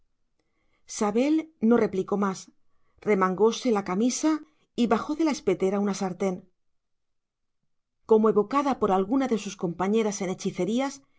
sabel no replicó más remangóse la camisa y bajó de la espetera una sartén como evocada por alguna de sus compañeras en hechicerías